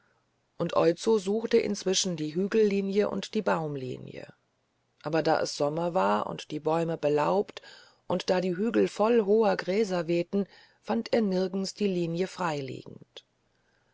und oizo suchte inzwischen die hügellinie und die baumlinie aber da es sommer war und die bäume belaubt und da die hügel voll hoher gräser wehten fand er nirgends die linie freiliegend